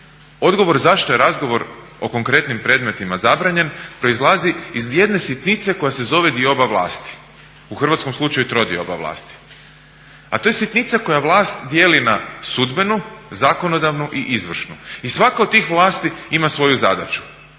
Odgovor zašto je razgovor o konkretnim predmetima zabranjen proizlazi iz jedne sitnice koja se zove dioba vlasti. U Hrvatskom slučaju trodioba vlasti. A to je sitnica koja vlast dijeli na sudbenu, zakonodavnu i izvršnu i svaka od tih vlasti ima svoju zadaću.